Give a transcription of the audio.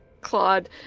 Claude